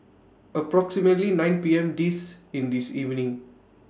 approximately nine P M This in This evening